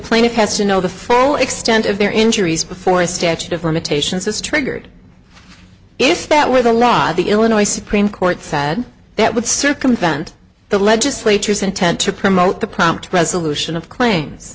plaintiff has to know the full extent of their injuries before a statute of limitations is triggered if that were the law the illinois supreme court said that would circumvent the legislature's intent to promote the prompt resolution